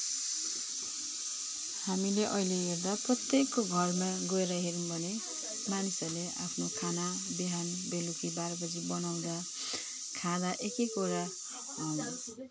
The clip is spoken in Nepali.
हामीले अहिले हेर्दा प्रत्येकको घरमा गएर हेरौँ भने मानिसहरूले आफ्नो खाना बिहान बेलुकी बाह्र बजी बनाउँदा खाँदा एक एकवटा